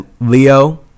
Leo